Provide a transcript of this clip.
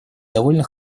довольно